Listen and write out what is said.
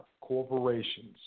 corporations